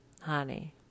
Honey